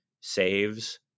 saves